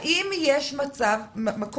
האם משרד החינוך